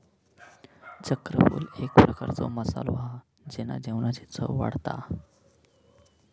चक्रफूल एक प्रकारचो मसालो हा जेना जेवणाची चव वाढता